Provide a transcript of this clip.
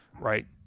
right